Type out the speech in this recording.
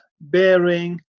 bearing